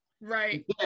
Right